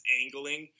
angling